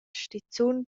stizun